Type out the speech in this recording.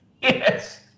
yes